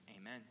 Amen